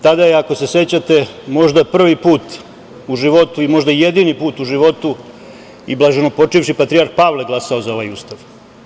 Tada je, ako se sećate, možda prvi put u životu i možda jedini put u životu i blaženopočivši patrijarh Pavle glasao za ovaj Ustav.